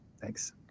Thanks